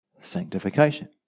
sanctification